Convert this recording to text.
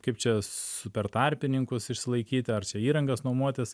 kaip čia su per tarpininkus išsilaikyti ar čia įrangas nuomotis